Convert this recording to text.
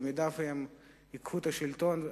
במידה שהם ייקחו את השלטון,